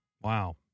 Wow